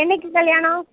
என்றைக்கு கல்யாணம்